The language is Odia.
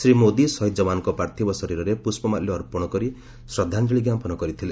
ଶ୍ରୀ ମୋଦି ଶହୀଦ ଯବାନଙ୍କ ପାର୍ଥିବ ଶରୀରରେ ପୁଷ୍ପମାଲ୍ୟ ଅର୍ପଣ କରି ଶ୍ରଦ୍ଧାଞ୍ଜଳି ଜ୍ଞାପନ କରିଥିଲେ